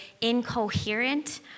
incoherent